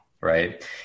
right